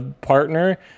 partner